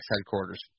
headquarters